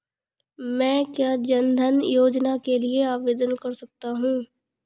क्या मैं जन धन योजना के लिए आवेदन कर सकता हूँ?